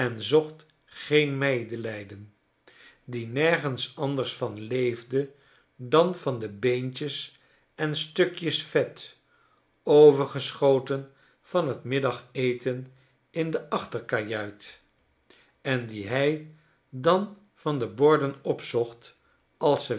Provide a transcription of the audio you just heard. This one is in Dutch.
geen medelijden die nergens anders van leefde dan van de beentjes en stukjes vet overgeschoten van t middageten in de achterkajuit en die hij dan van de borden opzocht als ze